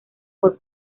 por